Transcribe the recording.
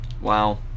Wow